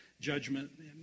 judgment